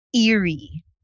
Eerie